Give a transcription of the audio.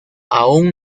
aún